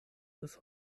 ist